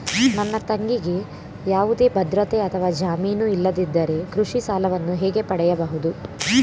ನನ್ನ ತಂಗಿಗೆ ಯಾವುದೇ ಭದ್ರತೆ ಅಥವಾ ಜಾಮೀನು ಇಲ್ಲದಿದ್ದರೆ ಕೃಷಿ ಸಾಲವನ್ನು ಹೇಗೆ ಪಡೆಯಬಹುದು?